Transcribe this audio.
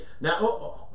now